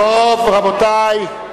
טוב, רבותי.